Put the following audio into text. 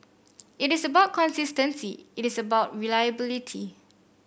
it is about consistency it is about reliability